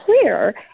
clear